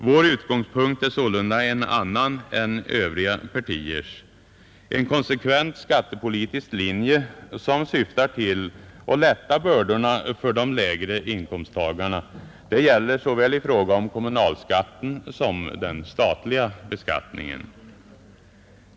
Vår utgångspunkt är sålunda en annan än Övriga partiers, En konsekvent skattepolitisk linje som syftar till att lätta bördorna för de lägre inkomsttagarna gäller både kommunalskatten och den statliga beskattningen.